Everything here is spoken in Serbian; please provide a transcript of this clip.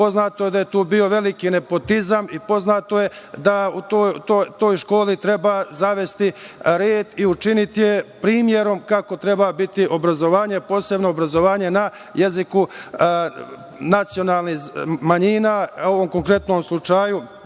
poznato je da je tu bio veliki nepotizam i poznato je da u toj školi treba zavesti red i učiniti je primerom kakvo treba biti obrazovanje, posebno obrazovanje na jeziku nacionalnih manjina, u ovom konkretnom slučaju